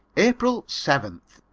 april seventh.